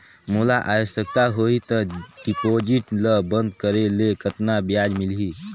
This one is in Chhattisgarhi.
मोला आवश्यकता होही त डिपॉजिट ल बंद करे ले कतना ब्याज मिलही?